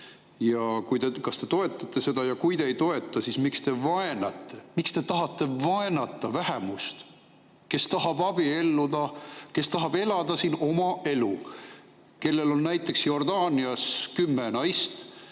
Kas te toetate seda ja kui te ei toeta, siis miks te vaenate, miks te tahate vaenata vähemust, kes tahab abielluda, kes tahab elada siin oma elu, [meest], kellel on näiteks Jordaanias kümme naist